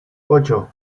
ocho